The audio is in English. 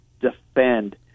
defend